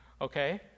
okay